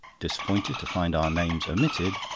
disappointed to find our names omitted,